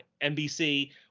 nbc